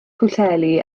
pwllheli